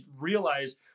realize